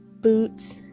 Boots